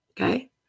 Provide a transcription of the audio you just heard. Okay